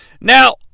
Now